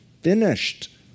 Finished